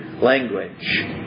language